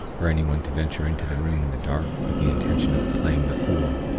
were anyone to venture into the room in the dark with the intention of playing the fool.